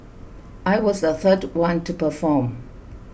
I was the third one to perform